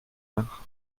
nach